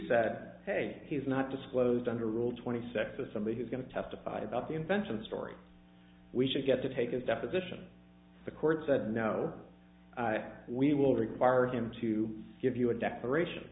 sat hey he's not disclosed under rule twenty sec to somebody who's going to testify about the invention story we should get to take his deposition the court said no we will require him to give you a declaration